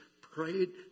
prayed